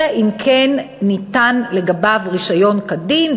אלא אם כן ניתן לגביו רישיון כדין,